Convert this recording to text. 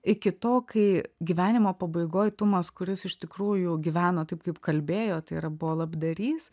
iki to kai gyvenimo pabaigoj tomas kuris iš tikrųjų gyveno taip kaip kalbėjo tai yra buvo labdarys